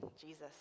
Jesus